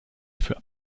für